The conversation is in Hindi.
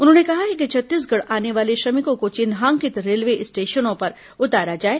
उन्होंने कहा है कि छत्तीसगढ़ आने वाले श्रमिकों को चिन्हांकित रेलवे स्टेशनों पर उतारा जाए